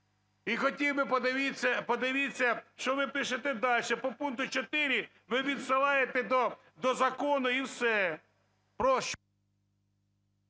І хотів би… подивіться, що ви пишете дальше: по пункту 4 ви відсилаєте до закону – і все…